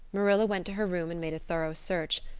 marilla went to her room and made a thorough search,